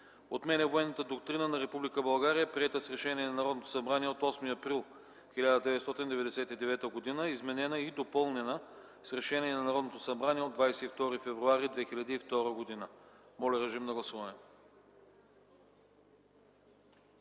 Отменя Военната доктрина на Република България, приета с решение на Народното събрание от 8 април 1999 г., изменена и допълнена с решение на Народното събрание от 22 февруари 2002 г.” Моля, гласувайте.